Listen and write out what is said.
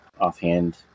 offhand